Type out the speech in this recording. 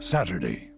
Saturday